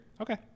Okay